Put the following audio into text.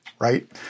Right